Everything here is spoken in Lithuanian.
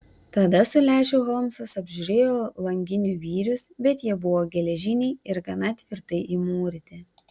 tada su lęšiu holmsas apžiūrėjo langinių vyrius bet jie buvo geležiniai ir gana tvirtai įmūryti